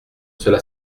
cela